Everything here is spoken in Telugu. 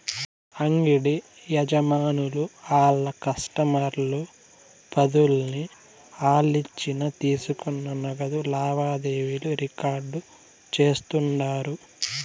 అంగిడి యజమానులు ఆళ్ల కస్టమర్ల పద్దుల్ని ఆలిచ్చిన తీసుకున్న నగదు లావాదేవీలు రికార్డు చేస్తుండారు